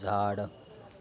झाड